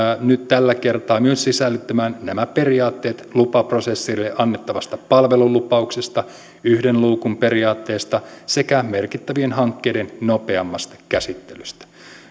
nyt tällä kertaa myös sisällyttämään nämä periaatteet lupaprosessille annettavasta palvelulupauksesta yhden luukun periaatteesta sekä merkittävien hankkeiden nopeammasta käsittelystä